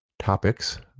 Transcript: Topics